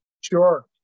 Sure